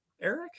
Eric